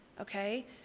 okay